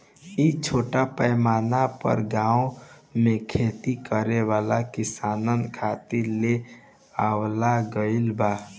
इ छोट पैमाना पर गाँव में खेती करे वाला किसानन खातिर ले आवल गईल बा